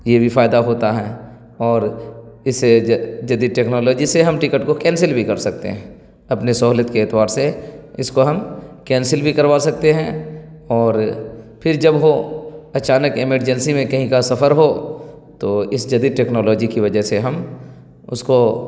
یہ بھی فائدہ ہوتا ہے اور اسے جدید ٹیکنالوجی سے ہم ٹکٹ کو کینسل بھی کر سکتے ہیں اپنے سہولت کے اعتبار سے اس کو ہم کینسل بھی کروا سکتے ہیں اور پھر جب ہو اچانک ایمرجنسی میں کہیں کا سفر ہو تو اس جدید ٹیکنالوجی کی وجہ سے ہم اس کو